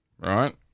Right